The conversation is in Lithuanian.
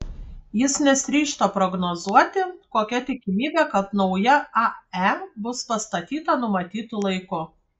jis nesiryžta prognozuoti kokia tikimybė kad nauja ae bus pastatyta numatytu laiku